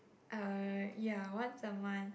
uh ya once a month